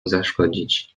zaszkodzić